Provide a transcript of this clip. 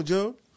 Joe